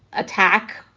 attack.